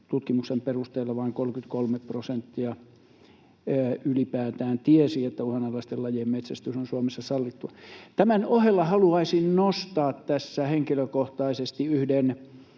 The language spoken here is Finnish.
Tutkimuksen perusteella vain 33 prosenttia ylipäätään tiesi, että uhanalaisten lajien metsästys on Suomessa sallittua. Tämän ohella haluaisin nostaa tässä henkilökohtaisesti omana